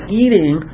eating